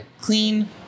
clean